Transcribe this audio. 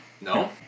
No